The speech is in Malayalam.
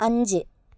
അഞ്ച്